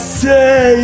say